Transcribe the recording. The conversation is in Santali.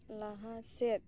ᱞᱟᱦᱟ ᱥᱮᱫ